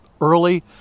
early